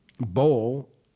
bowl